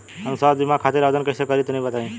हम स्वास्थ्य बीमा खातिर आवेदन कइसे करि तनि बताई?